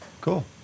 Cool